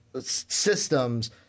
systems